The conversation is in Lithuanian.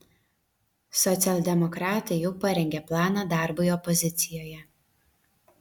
socialdemokratai jau parengė planą darbui opozicijoje